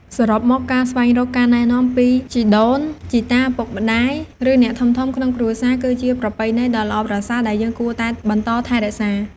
សរុបមក ការស្វែងរកការណែនាំពីជីដូនជីតា ឪពុកម្ដាយ ឬអ្នកធំៗក្នុងគ្រួសារ គឺជាប្រពៃណីដ៏ល្អប្រសើរដែលយើងគួរតែបន្តថែរក្សា។